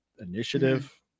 initiative